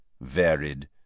varied